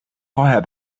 vorher